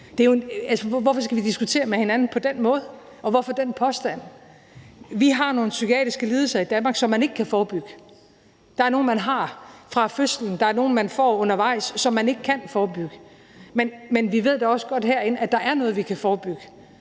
Hvorfor skal vi diskutere med hinanden på den måde, og hvorfor den påstand? Vi har nogle psykiatriske lidelser i Danmark, som man ikke kan forebygge. Der er nogle, man har fra fødslen, der er nogle, man får undervejs, og som man ikke kan forebygge, men vi ved da også godt herinde, at der er noget, vi kan forebygge.